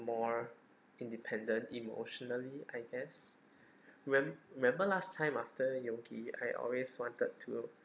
more independent emotionally I guess remem~ remember last time after yogi I always wanted to